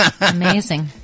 Amazing